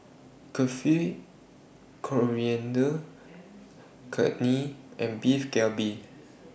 Kulfi Coriander and Beef Galbi